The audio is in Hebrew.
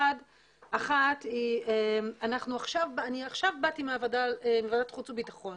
1. אני עכשיו באתי מועדת חוץ ובטחון,